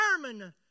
determine